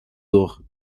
lors